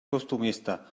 costumista